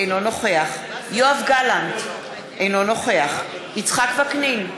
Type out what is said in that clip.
אינו נוכח יואב גלנט, אינו נוכח יצחק וקנין,